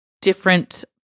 different